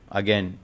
again